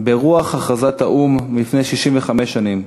ברוח הכרזת האו"ם לפני 65 שנים,